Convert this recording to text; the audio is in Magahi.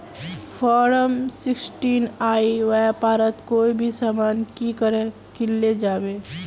फारम सिक्सटीन ई व्यापारोत कोई भी सामान की करे किनले जाबे?